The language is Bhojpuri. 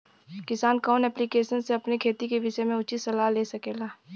किसान कवन ऐप्लिकेशन से अपने खेती के विषय मे उचित सलाह ले सकेला?